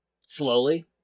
Slowly